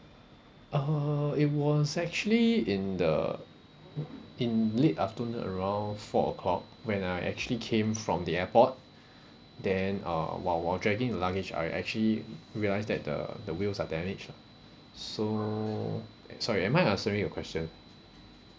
uh it was actually in the in late afternoon around four O clock when I actually came from the airport then uh while while dragging the luggage I actually realise that the the wheels are damaged ah so eh sorry am I answering your question